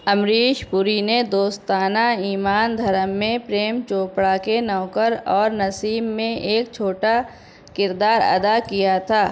امریش پوری نے دوستانہ ایمان دھرم میں پریم چوپڑا کے نوکر اور نصیب میں ایک چھوٹا کردار ادا کیا تھا